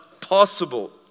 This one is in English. possible